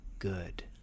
good